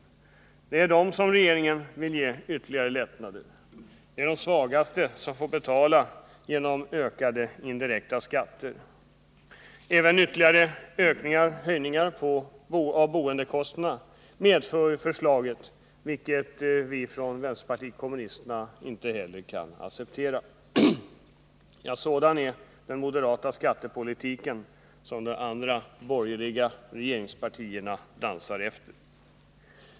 Det är de rika som regeringen vill ge ytterligare lättnader, och det är de svagaste som får betala genom ökade indirekta skatter. Förslaget medför även ytterligare höjningar av boendekostnaderna, vilket vänsterpartiet kommunisterna inte heller kan acceptera. Sådan är den moderata skattepolitiken som de andra borgerliga regeringspartierna dansar efter.